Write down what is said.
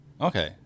Okay